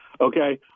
Okay